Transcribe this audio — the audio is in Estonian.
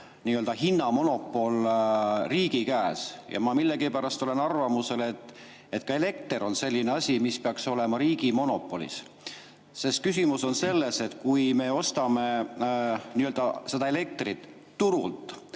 nii-öelda hinnamonopol riigi käes. Ja ma millegipärast olen arvamusel, et ka elekter on selline asi, mis peaks olema riigi monopol. Küsimus on selles, et kui me ostame elektrit turult,